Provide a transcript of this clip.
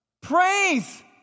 Praise